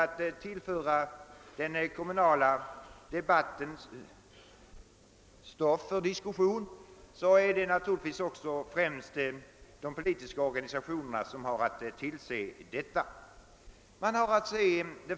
Likaså är det främst de politiska organisationernas uppgift att se till att den kommunala debatten tillföres stoff för diskussion av olika frågor.